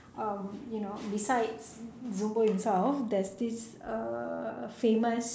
um you know besides zumbo himself there's this uh famous